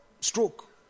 stroke